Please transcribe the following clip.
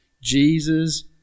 Jesus